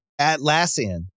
Atlassian